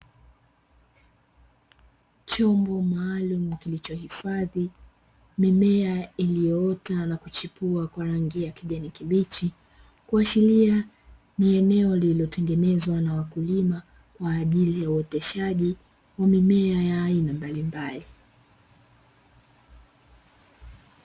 Chombo maalumu kilichopo hifadhi mimea iliyoota na kuchipua kwa rangi ya kijani kibichi, kuashiria ni eneo lililotengenezwa na wakulima kwa ajili ya uoteshaji wa mimea ya aina mbalimbali.